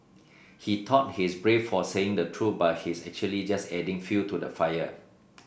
he thought he's brave for saying the truth but he's actually just adding fuel to the fire